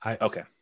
okay